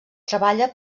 treballa